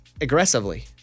aggressively